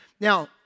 Now